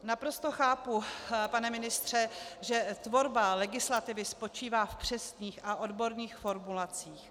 Naprosto chápu, pane ministře, že tvorba legislativy spočívá v přesných a odborných formulacích.